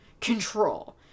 control